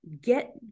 get